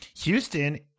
Houston